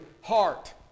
heart